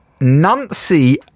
nancy